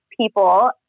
people